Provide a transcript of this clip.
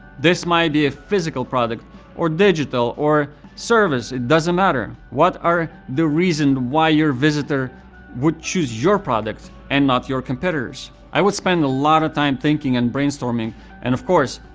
this might be a physical product or digital or service, it doesn't matter. what are the reasons why your visitor would choose your product and not your competitors? i would spend a lot time thinking and brainstorming and of course,